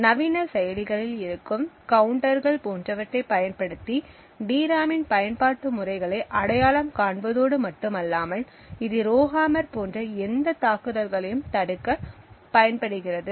நவீன செயலிகளில் இருக்கும் கவுண்டர்கள் போன்றவற்றைப் பயன்படுத்தி டிராமின் பயன்பாட்டு முறைகளை அடையாளம் காண்பதோடு மட்டுமல்லாமல் இது ரோஹம்மர் போன்ற எந்த தாக்குதல்களையும் தடுக்கப் பயன்படுகிறது